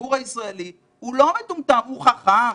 הציבור הישראלי לא מטומטם, הוא חכם.